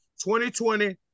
2020